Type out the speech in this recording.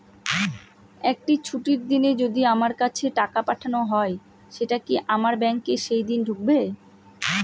একটি ছুটির দিনে যদি আমার কাছে টাকা পাঠানো হয় সেটা কি আমার ব্যাংকে সেইদিন ঢুকবে?